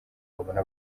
babona